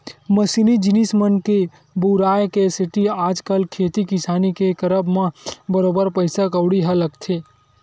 मसीनी जिनिस मन के बउराय के सेती आजकल खेती किसानी के करब म बरोबर पइसा कउड़ी ह लगथे